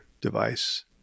device